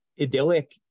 idyllic